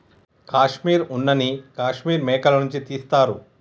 కాశ్మీర్ ఉన్న నీ కాశ్మీర్ మేకల నుంచి తీస్తారు